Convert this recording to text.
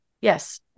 yes